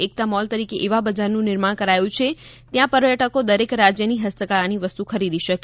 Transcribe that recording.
એકતા mall તરીકે એવા બજારનું નિર્માણ કરાયું છે ત્યાં પર્યટકો દરેક રાજ્ય ની હસ્તકળા ની વસ્તુ ખરીદી શકે